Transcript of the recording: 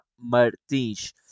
Martins